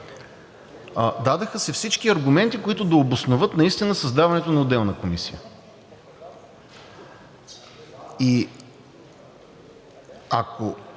Дадоха се всички аргументи, които да обосноват създаването на отделна комисия. И ако